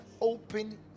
open